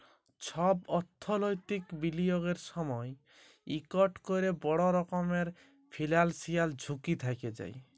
ছব অথ্থলৈতিক বিলিয়গের সময় ইকট ক্যরে বড় রকমের ফিল্যালসিয়াল ঝুঁকি থ্যাকে যায়